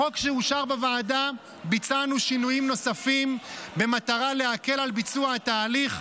בחוק שאושר בוועדה ביצענו שינויים נוספים במטרה להקל על ביצוע התהליך,